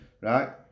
right